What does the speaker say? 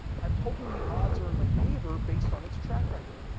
i'm hoping the odds are in my favor based on its track record.